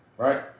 Right